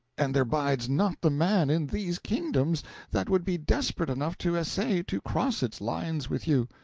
and there bides not the man in these kingdoms that would be desperate enough to essay to cross its lines with you!